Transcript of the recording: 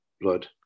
blood